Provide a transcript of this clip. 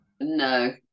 No